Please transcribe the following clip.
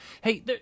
Hey